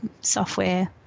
software